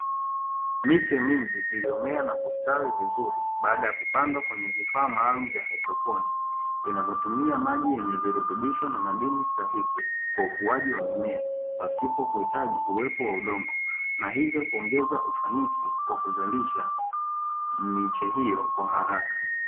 Miche mingi iliyomea na kustawi vizuri baada ya kupandwa kwenye vifaa maalumu vya haidroponi, vinavyotumia maji yenye virutubisho na madini stahiki kwa ukuaji wa mimea pasipo kuhitaji uwepo wa udongo na hivyo kuongeza ufanisi wa kuzalisha miche hiyo kwa haraka.